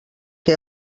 què